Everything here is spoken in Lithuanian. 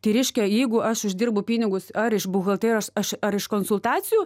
tai reiškia jeigu aš uždirbu pinigus ar iš buhalterijos aš ar iš konsultacijų